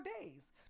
days